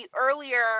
earlier